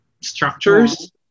structures